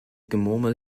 gemurmel